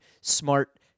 smart